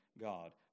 God